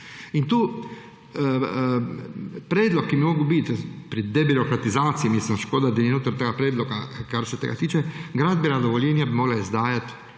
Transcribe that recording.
In tu predlog, ki bi moral biti pri debirokratizaciji – škoda, da ni notri tega predloga, kar se tega tiče, gradbena dovoljenja bi morala izdajati